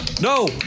No